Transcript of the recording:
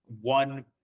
one